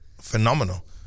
phenomenal